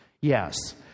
Yes